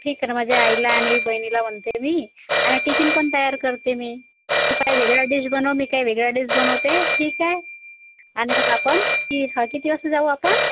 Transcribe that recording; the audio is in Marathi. ठीक आहे न माझी आईला आणि बहिणीला म्हणते मी आणि टिफीन पण तयार करते मी तू काय वेगळ्या डिश बनव मी काही वेगळ्या डिश बनवते ठीक आहे आणि मग आपण की हा किती वाजता जाऊ आपण